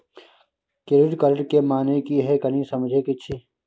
Credit card के माने की हैं, कनी समझे कि छि?